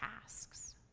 tasks